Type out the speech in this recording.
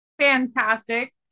Fantastic